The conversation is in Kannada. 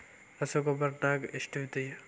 ರಸಗೊಬ್ಬರ ನಾಗ್ ಎಷ್ಟು ವಿಧ?